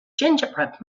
gingerbread